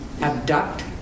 abduct